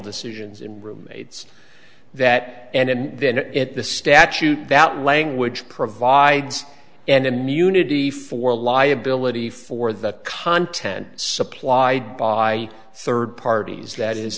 decisions in roommates that and then in the statute that language provides an immunity for liability for the content supplied by third parties